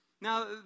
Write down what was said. Now